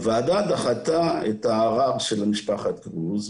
הוועדה דחתה את הערער של משפחת קרוז,